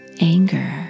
anger